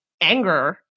anger